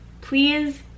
please